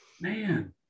Man